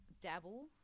dabble